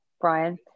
Brian